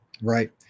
Right